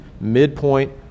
midpoint